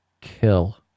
kill